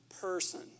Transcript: person